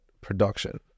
production